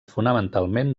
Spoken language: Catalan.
fonamentalment